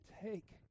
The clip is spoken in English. take